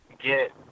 get